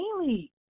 daily